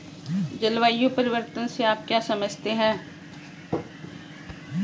जलवायु परिवर्तन से आप क्या समझते हैं?